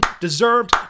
deserved